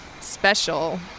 special